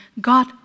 God